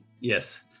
Yes